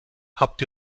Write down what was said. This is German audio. habt